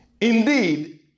Indeed